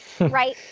Right